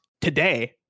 today